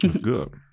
good